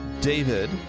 David